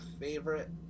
favorite